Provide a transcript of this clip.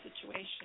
situation